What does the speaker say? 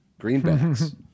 Greenbacks